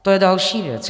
To je další věc.